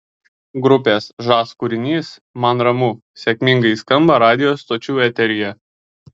grupės žas kūrinys man ramu sėkmingai skamba radijo stočių eteryje